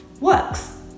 works